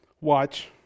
Watch